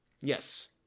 Yes